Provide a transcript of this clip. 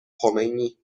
خمینی